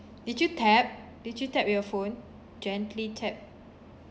did you tap did you tap your phone gently tap